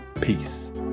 Peace